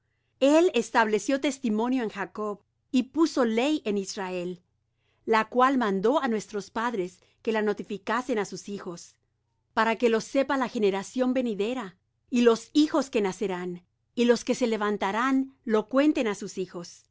el estableció testimonio en jacob y pusó ley en israel la cual mandó á nuestros padres que la notificasen á sus hijos para que lo sepa la generación venidera y los hijos que nacerán y los que se levantarán lo cuenten á sus hijos